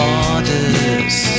orders